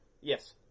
Yes